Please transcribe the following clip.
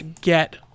get